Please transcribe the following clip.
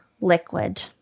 liquid